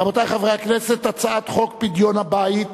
רבותי חברי הכנסת, הצעת חוק פדיון הבית,